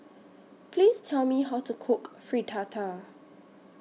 Please Tell Me How to Cook Fritada